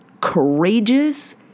courageous